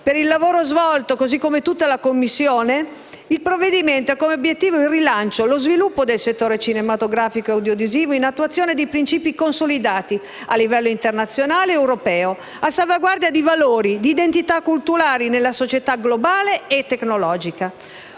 del lavoro svolto insieme a tutta la Commissione, il provvedimento ha come obiettivo il rilancio e lo sviluppo del settore cinematografico e audiovisivo in attuazione di principi consolidati anche a livello internazionale ed europeo, a salvaguardia dei valori e delle identità culturali nella società globale e tecnologica.